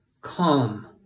come